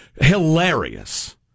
hilarious